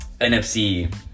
NFC